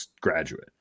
graduate